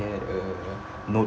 uh no